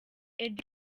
eddy